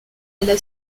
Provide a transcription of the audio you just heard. alla